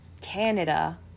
Canada